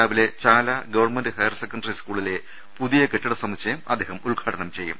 രാവിലെ Chal government higher secondary സ്കൂളിലെ പുതിയ കെട്ടിട സമുച്ചയം അദ്ദേഹം ഉദ്ഘാടനം ചെയ്യും